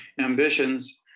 ambitions